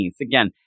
Again